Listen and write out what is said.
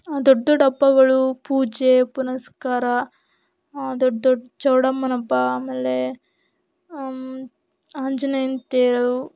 ದೊಡ್ಡ ದೊಡ್ಡ ಹಬ್ಬಗಳು ಪೂಜೆ ಪುನಸ್ಕಾರ ದೊಡ್ಡ ದೊಡ್ಡ ಚೌಡಮ್ಮನ ಹಬ್ಬ ಆಮೇಲೆ ಆಂಜನೇಯನ ತೇರು